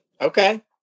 Okay